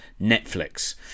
Netflix